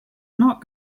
not